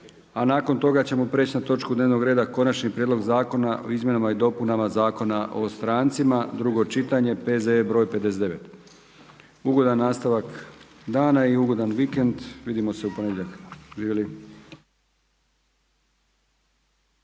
a nakon toga ćemo prijeći na točku dnevnog reda Konačni prijedlog Zakona o izmjenama i dopunama Zakona o strancima, drugo čitanje, P.Z.E. broj 59. Ugodan nastavak dana i ugodan vikend, vidimo se u ponedjeljak.